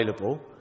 available